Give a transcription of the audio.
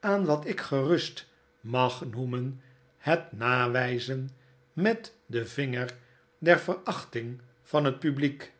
aan wat ik gerust mag noemen het nawijzen met den vinger der verachting van het publiek